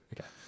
Okay